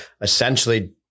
essentially